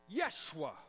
Yeshua